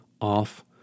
off